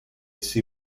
see